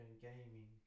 gaming